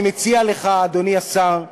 אני מציע לך, אדוני השר,